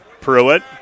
Pruitt